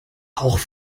auch